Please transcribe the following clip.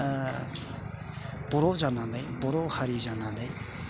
बर' जानानै बर' हारि जानानै